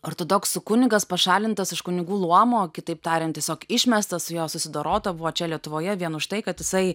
ortodoksų kunigas pašalintas iš kunigų luomo kitaip tariant tiesiog išmestas su juo susidorota buvo čia lietuvoje vien už tai kad jisai